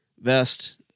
vest